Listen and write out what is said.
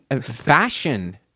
fashion